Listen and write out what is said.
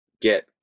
get